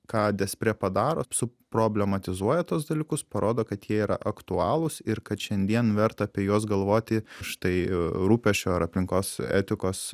ką despre padaro suproblematizuoja tuos dalykus parodo kad jie yra aktualūs ir kad šiandien verta apie juos galvoti štai rūpesčio ar aplinkos etikos